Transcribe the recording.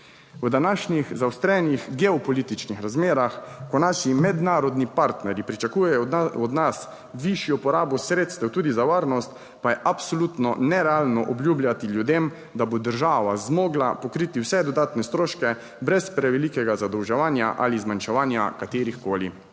V današnjih zaostrenih geopolitičnih razmerah, ko naši mednarodni partnerji pričakujejo od nas višjo porabo sredstev tudi za varnost, pa je absolutno nerealno obljubljati ljudem, da bo država zmogla pokriti vse dodatne stroške brez prevelikega zadolževanja ali zmanjševanja katerihkoli